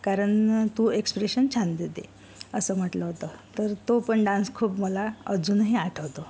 कारण तू एक्सप्रेशन छान देते असं म्हटलं होतं तर तो पण डांस खूप मला अजूनही आठवतो